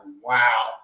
wow